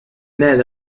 ماذا